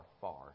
far